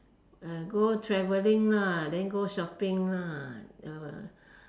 ah go traveling lah then go shopping lah uh